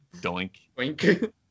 Doink